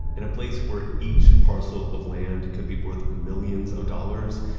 in a place where each parcel of land could be worth millions of dollars,